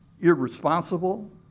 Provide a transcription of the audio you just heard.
irresponsible